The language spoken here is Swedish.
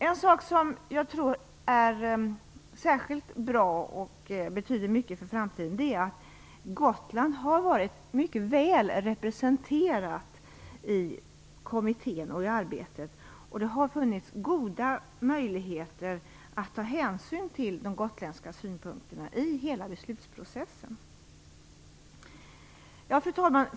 En sak som jag tror är särskilt bra och betyder mycket för framtiden är att Gotland har varit mycket väl representerat i kommittén och i arbetet, och det har funnits goda möjligheter att ta hänsyn till de gotländska synpunkterna i hela beslutsprocessen. Fru talman!